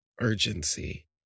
Urgency